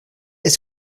est